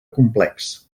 complex